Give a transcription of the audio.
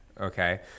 Okay